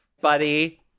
buddy